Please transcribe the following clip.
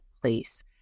place